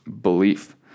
belief